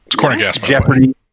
Jeopardy